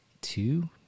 two